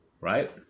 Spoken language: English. Right